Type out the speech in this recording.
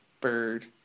Bird